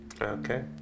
Okay